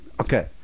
Okay